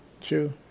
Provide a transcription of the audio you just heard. True